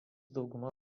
dauguma